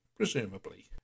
Presumably